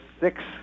six